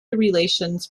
relations